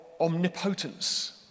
Omnipotence